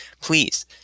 Please